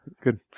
Good